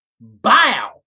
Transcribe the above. Bow